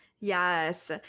Yes